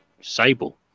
Sable